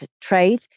trade